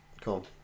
Cool